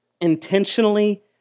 intentionally